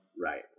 Right